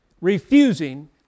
refusing